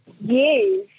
Yes